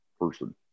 person